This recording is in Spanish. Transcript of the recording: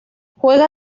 juega